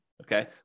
Okay